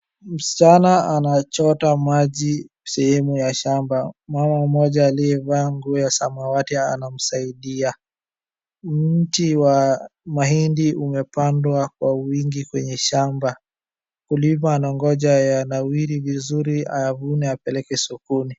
Msichana anachota maji sehemu ya shamba, mama mmoja aliyevaa nguo ya samawati anamsaidia. Mti wa mahindi umepandwa kwa wingi kwenye shamba. Mkulima anangoja yanawiri vizuri ayavune, ayapeleke sokoni.